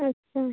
ᱟᱪᱪᱷᱟ